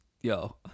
Yo